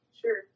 Sure